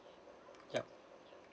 ya